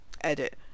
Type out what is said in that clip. edit